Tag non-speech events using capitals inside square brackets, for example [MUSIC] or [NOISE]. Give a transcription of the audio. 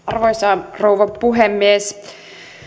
[UNINTELLIGIBLE] arvoisa rouva puhemies